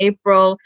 April